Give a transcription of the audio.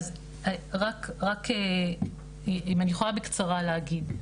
אז רק אם אני יכולה בקצרה להגיד,